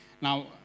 Now